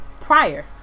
prior